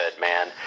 man